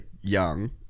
young